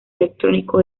electrónico